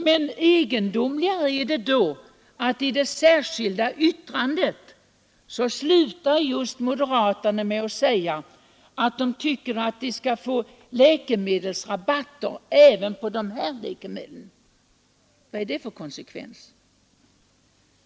Men ännu egendomligare är det att moderaterna slutar sitt särskilda yttrande med att säga att de tycker att läkemedelsrabatter skall utgå även på de här läkemedlen. Vad är det för konsekvens?